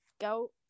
go